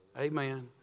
Amen